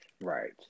right